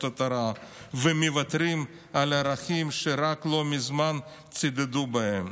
התורה ומוותרים על ערכים שרק לא מזמן צידדו בהם,